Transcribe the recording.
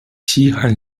西汉